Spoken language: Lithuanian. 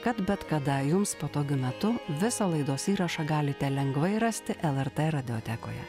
kad bet kada jums patogiu metu visą laidos įrašą galite lengvai rasti lrt radiotekoje